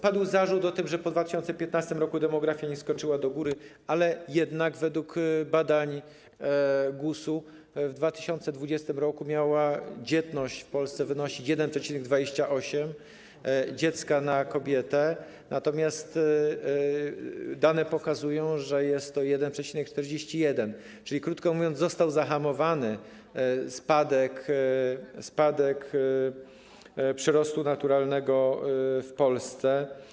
Padł zarzut, że po 2015 r. demografia nie skoczyła do góry, ale jednak według badań GUS w 2020 r. dzietność w Polsce miała wynosić 1,28 dziecka na kobietę, natomiast dane pokazują, że jest to 1,41, czyli, krótko mówiąc, został zahamowany spadek przyrostu naturalnego w Polsce.